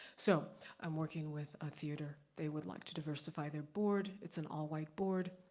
so i'm working with a theater, they would like to diversify their board, it's an all-white board,